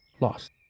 lost